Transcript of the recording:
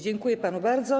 Dziękuję panu bardzo.